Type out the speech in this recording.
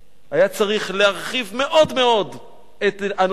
היה צריך להרחיב מאוד מאוד את הנושא הזה,